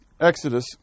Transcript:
Exodus